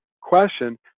question